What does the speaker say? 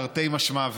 תרתי משמע,